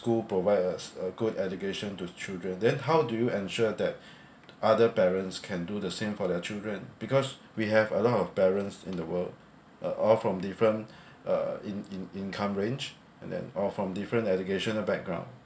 school provide us a good education to children then how do you ensure that other parents can do the same for their children because we have a lot of parents in the world uh all from different uh in~ in~ income range and then all from different educational background